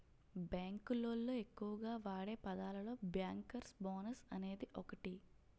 bank లోళ్ళు ఎక్కువగా వాడే పదాలలో బ్యేంకర్స్ బోనస్ అనేది ఒకటి